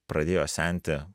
pradėjo senti